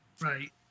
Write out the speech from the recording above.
Right